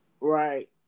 right